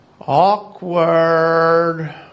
awkward